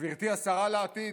גברתי השרה לעתיד.